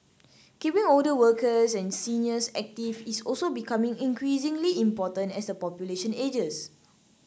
keeping older workers and seniors active is also becoming increasingly important as the population ages